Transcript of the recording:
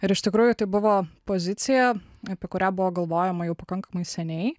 ir iš tikrųjų tai buvo pozicija apie kurią buvo galvojama jau pakankamai seniai